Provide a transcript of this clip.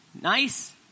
nice